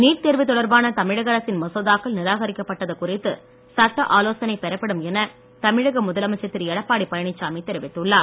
NEET தேர்வு தொடர்பான தமிழக அரசின் மசோதாக்கள் நிராகரிக்கப்பட்டது குறித்து சட்ட ஆலோசனை பெறப்படும் என தமிழக முதலமைச்சர் திரு எடப்பாடி பழனிச்சாமி தெரிவித்துள்ளார்